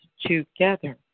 together